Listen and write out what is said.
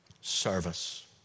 service